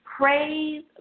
praise